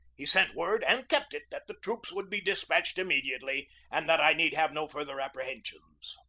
he sent word, and kept it, that the troops would be despatched immediately and that i need have no further apprehensions.